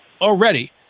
already